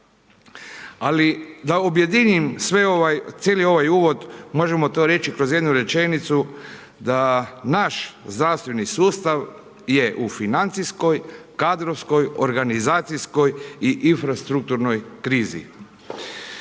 Ali da objedinim cijeli ovaj uvod, možemo to reći kroz jednu rečenicu da naš zdravstveni sustav je u financijskoj, kadrovskoj, organizacijskoj i infrastrukturnoj krizi.